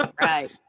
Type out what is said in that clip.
Right